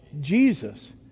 jesus